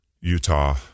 Utah